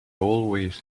always